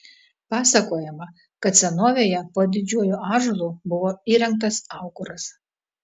pasakojama kad senovėje po didžiuoju ąžuolu buvo įrengtas aukuras